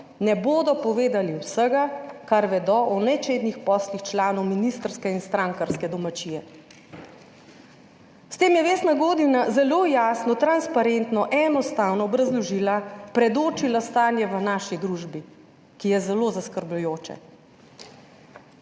ne bodo povedali vsega, kar vedo o nečednih poslih članov ministrske in strankarske domačije. S tem je Vesna Godina zelo jasno, transparentno, enostavno obrazložila, predočila stanje v naši družbi, ki je zelo zaskrbljujoče.